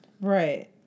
Right